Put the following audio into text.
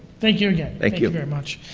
thank you again. thank you very much.